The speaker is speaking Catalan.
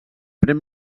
pren